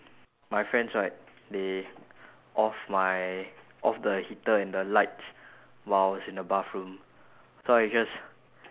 my friends right they off my off the heater and the lights while I was in the bathroom so I just